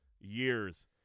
years